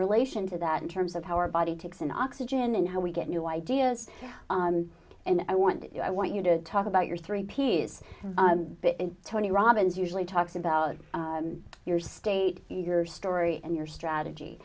relation to that in terms of how our body takes in oxygen and how we get new ideas and i want i want you to talk about your three p s tony robbins usually talks about your state your story and your strategy